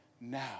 now